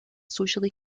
socially